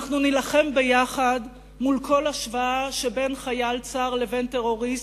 אנחנו נילחם ביחד מול כל השוואה שבין חייל צה"ל לבין טרוריסט,